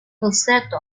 falsetto